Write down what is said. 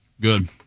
Good